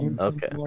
Okay